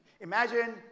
Imagine